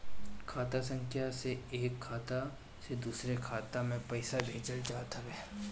खाता संख्या से एक खाता से दूसरा खाता में पईसा भेजल जात हवे